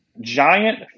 Giant